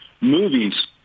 movies